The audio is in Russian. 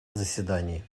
заседании